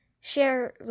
Share